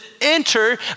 enter